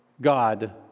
God